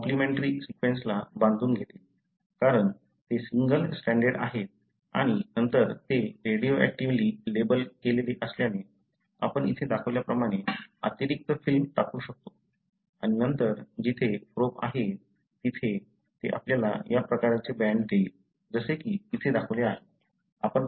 ते कॉम्प्लिमेंट्री सिक्वन्सला बांधून घेतील कारण हे सिंगल स्ट्राँडेड आहेत आणि नंतर ते रेडिओएक्टिव्हली लेबल केलेले असल्याने आपण इथे दाखवल्याप्रमाणे अतिरिक्त फिल्म टाकू शकतो आणि नंतर जिथे प्रोब आहे तिथे ते आपल्याला या प्रकारचे बँड देईल जसे की इथे दाखवले आहे